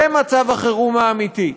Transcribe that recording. זה מצב החירום האמיתי.